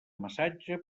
massatge